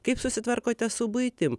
kaip susitvarkote su buitim